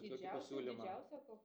didžiausią didžiausią ko